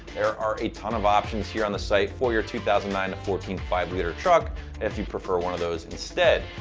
there are a ton of options here on the site for your two thousand and nine to fourteen five-liter truck if you prefer one of those instead.